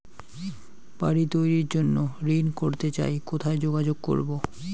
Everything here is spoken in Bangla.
বাড়ি তৈরির জন্য ঋণ করতে চাই কোথায় যোগাযোগ করবো?